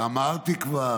אמרתי כבר.